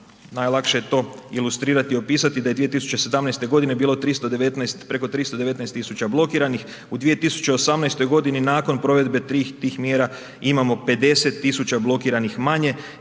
Najlakše je to ilustrirati i opisati da je 2017. godine bilo 319, preko 319.000 blokiranih, u 2018. godini nakon provedbe tih mjera imamo 50.000 blokiranih manje,